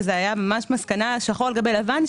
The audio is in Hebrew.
וזה היה ממש שחור על גבי לבן,